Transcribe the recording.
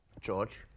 George